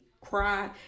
cry